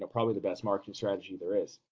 ah probably the best marketing strategy there is.